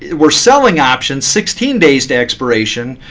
we're selling options sixteen days to expiration,